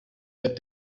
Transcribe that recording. that